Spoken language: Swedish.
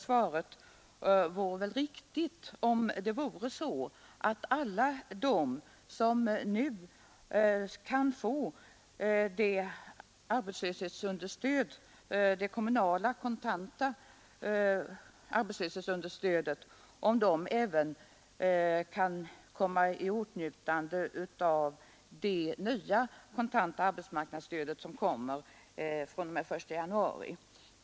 Svaret vore väl riktigt om alla de som nu kan få det kommunala kontanta arbetslöshetsunderstödet även kunde komma i åtnjutande av det nya kontanta arbetsmarknadsstödet som skall utgå fr.o.m. den 1 januari.